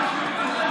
מאולם